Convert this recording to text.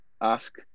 ask